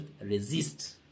resist